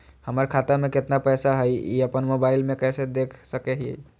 हमर खाता में केतना पैसा हई, ई अपन मोबाईल में कैसे देख सके हियई?